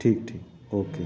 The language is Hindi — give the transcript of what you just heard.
ठीक ठीक ओके